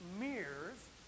mirrors